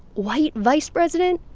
white vice president?